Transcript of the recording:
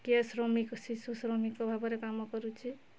କିଏ ଶ୍ରମିକ ଶିଶୁ ଶ୍ରମିକ ଭାବରେ କାମ କରୁଛି